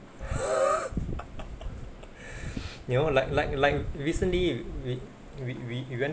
you know like like like recently we we we we went